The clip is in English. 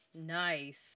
Nice